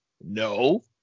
No